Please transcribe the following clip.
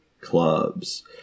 clubs